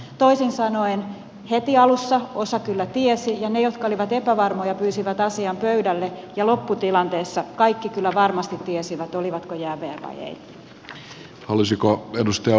toisin sanoen heti alussa osa kyllä tiesi ja ne jotka olivat epävarmoja pyysivät asian pöydälle ja lopputilanteessa kaikki kyllä varmasti tiesivät olivatko jäävejä vai eivät